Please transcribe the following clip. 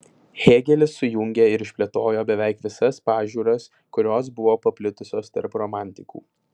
hėgelis sujungė ir išplėtojo beveik visas pažiūras kurios buvo paplitusios tarp romantikų